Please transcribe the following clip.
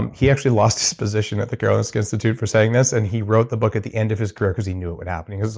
um he actually lost his position at the karolinska institute for saying this. and he wrote the book at the end of his career because he knew it would happen. he goes,